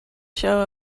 show